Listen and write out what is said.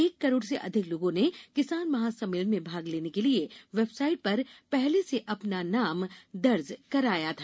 एक करोड से अधिक लोगों ने किसान महा सम्मेलन में भाग लेने के लिए वेबसाइट पर पहले से अपना नाम दर्ज कराया था